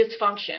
dysfunction